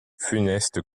funeste